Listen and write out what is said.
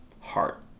heart